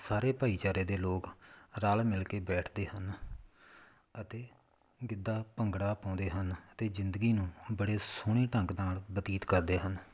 ਸਾਰੇ ਭਾਈਚਾਰੇ ਦੇ ਲੋਕ ਰਲ ਮਿਲ ਕੇ ਬੈਠਦੇ ਹਨ ਅਤੇ ਗਿੱਧਾ ਭੰਗੜਾ ਪਾਉਂਦੇ ਹਨ ਅਤੇ ਜ਼ਿੰਦਗੀ ਨੂੰ ਬੜੇ ਸੋਹਣੇ ਢੰਗ ਨਾਲ ਬਤੀਤ ਕਰਦੇ ਹਨ